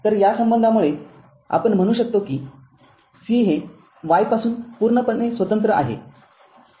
तर या संबंधामुळे आपण म्हणू शकतो कि c हे y पासून पूर्णपणे स्वतंत्र आहे